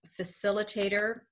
facilitator